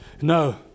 No